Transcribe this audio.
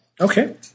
Okay